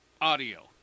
audio